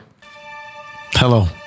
Hello